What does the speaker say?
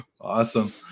Awesome